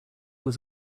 was